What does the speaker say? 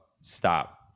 Stop